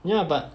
ya but